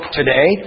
today